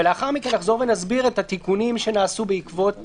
ולאחר מכן נחזור ונסביר את התיקונים שנעשו בעקבות